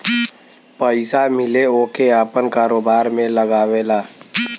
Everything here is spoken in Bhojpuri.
पइसा मिले ओके आपन कारोबार में लगावेला